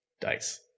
dice